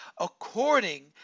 according